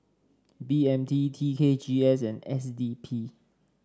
B M T T K G S and S D P